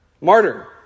Martyr